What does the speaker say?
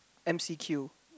M_C_Q